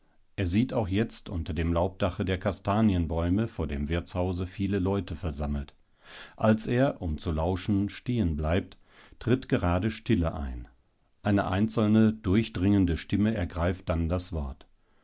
er sieht auch jetzt unter dem laubdache der kastanienbäume vor dem wirtshause viele leute versammelt als er um zu lauschen stehen bleibt tritt gerade stille ein eine einzelne durchdringende stimme ergreift dann das wort